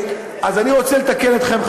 אני רוצה לתקן אתכם,